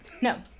No